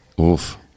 Oof